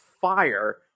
fire